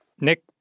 Nick